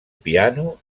piano